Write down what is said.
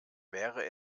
wäre